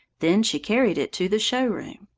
then she carried it to the show-room.